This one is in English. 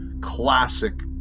classic